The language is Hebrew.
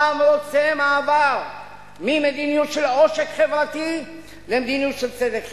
העם רוצה מעבר ממדיניות של עושק חברתי למדיניות של צדק חברתי.